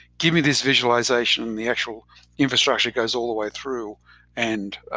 give me this visualization and the actual infrastructure goes all the way through and